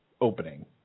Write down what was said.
opening